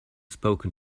spoken